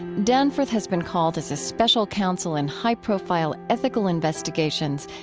danforth has been called as a special counsel in high-profile ethical investigations,